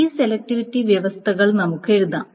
ഈ സെലക്റ്റിവിറ്റി വ്യവസ്ഥകൾ നമുക്ക് എഴുതാം